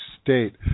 state